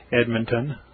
Edmonton